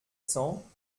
cents